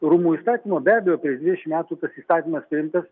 rūmų įstatymo be abejo prieš dvidešimt metų tas įstatymas priimtas